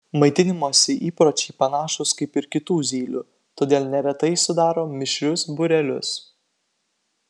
maitinimosi įpročiai panašūs kaip ir kitų zylių todėl neretai sudaro mišrius būrelius